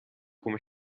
come